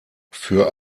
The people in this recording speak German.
für